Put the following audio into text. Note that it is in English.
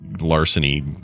larceny